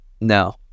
No